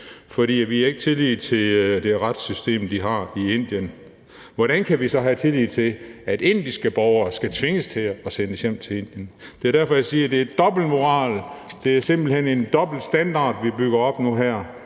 for vi har ikke tillid til det retssystem, de har i Indien. Hvordan kan vi så acceptere, at indiske borgere skal tvinges til at blive sendt hjem til Indien. Det er derfor, jeg siger, at det er en dobbeltmoral og simpelt hen en dobbeltstandard, vi bygger op nu her.